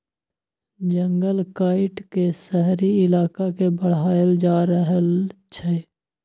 जंगल काइट के शहरी इलाका के बढ़ाएल जा रहल छइ